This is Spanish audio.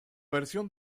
versión